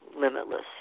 limitless